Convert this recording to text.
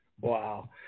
Wow